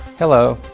hello,